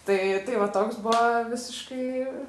tai tai va toks buvo visiškai